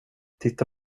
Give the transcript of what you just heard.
titta